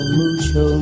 mucho